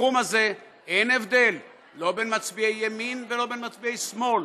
בתחום הזה אין הבדל לא בין מצביעי ולא בין מצביעי שמאל,